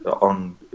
on